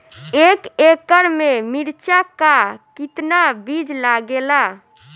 एक एकड़ में मिर्चा का कितना बीज लागेला?